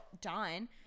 done